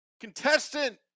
contestant